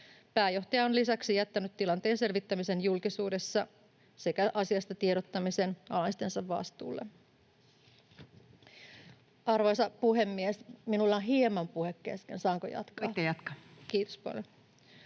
Pääjohtaja on lisäksi jättänyt tilanteen selvittämisen julkisuudessa sekä asiasta tiedottamisen alaistensa vastuulle. Arvoisa puhemies! Minulla on hieman puhe kesken, saanko jatkaa? Kiitos paljon.